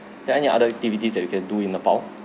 that any other activities that you can do in nepal